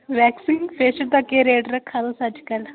waxing facial दा केह् rate रखा तुसें अज्जकल